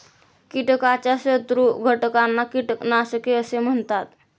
कीटकाच्या शत्रू घटकांना कीटकनाशके असे म्हणतात